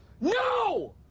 no